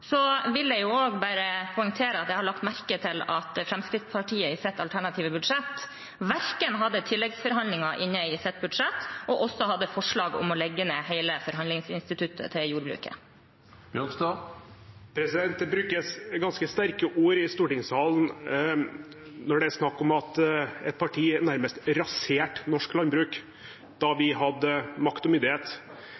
Så vil jeg også poengtere at jeg har lagt merke til at Fremskrittspartiet i sitt alternative budsjett ikke hadde tilleggsforhandlinger inne i sitt budsjett, og også hadde forslag om å legge ned hele forhandlingsinstituttet til jordbruket. Det brukes ganske sterke ord i stortingssalen når det snakkes om at et parti nærmest raserte norsk landbruk da vi